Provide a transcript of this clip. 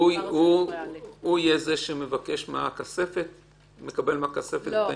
הוא זה שיקבל מהכספת אינפורמציה?